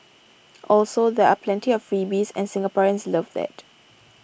also there are plenty of freebies and Singaporeans love that